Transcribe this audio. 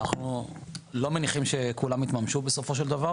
אנחנו לא מניחים שכולם יתממשו בסופו של דבר.